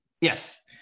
Yes